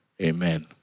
Amen